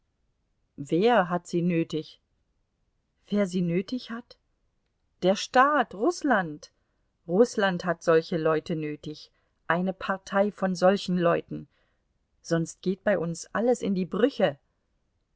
wer hat sie nötig wer sie nötig hat der staat rußland rußland hat solche leute nötig eine partei von solchen leuten sonst geht bei uns alles in die brüche